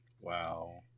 Wow